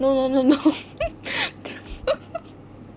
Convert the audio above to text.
no no no no